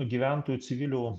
gyventojų civilių